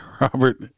Robert